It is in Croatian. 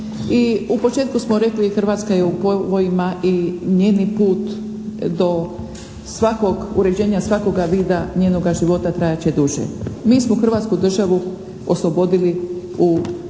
u početku smo rekli Hrvatska je u povojima i njen je put do svakog uređenja, svakoga vida njenoga života trajat će duže. Mi smo Hrvatsku državu oslobodili u, obranili